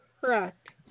Correct